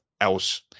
else